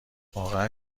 واقعن